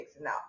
Now